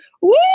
Woo